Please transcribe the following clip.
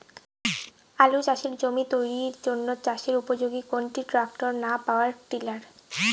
আলু চাষের জমি তৈরির জন্য চাষের উপযোগী কোনটি ট্রাক্টর না পাওয়ার টিলার?